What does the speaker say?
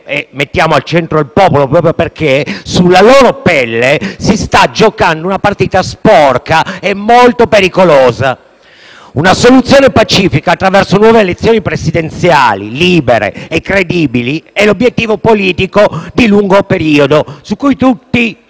mettiamo al centro il popolo proprio perché sulla pelle di queste persone si sta giocando una partita sporca e molto pericolosa. Una soluzione pacifica, attraverso nuove elezioni presidenziali libere e credibili, è l'obiettivo politico di lungo periodo su cui tutti